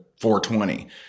420